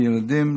לילדים,